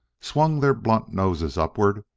swung their blunt noses upward,